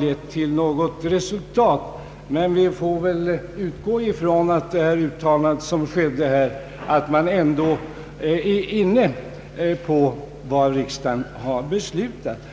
lett till något resultat, men vi får väl utgå ifrån att det uttalande som gjorts här ändå innebär att man är inne på vad riksdagen har beslutat.